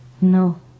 No